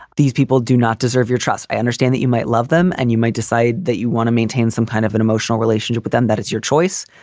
these people do not deserve your trust. i understand that you might love them and you might decide that you want to maintain some kind of an emotional relationship with them, that it's your choice.